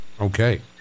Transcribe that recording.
Okay